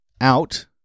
out